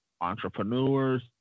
entrepreneurs